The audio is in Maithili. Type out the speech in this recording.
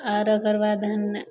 आओर ओकर बाद हँ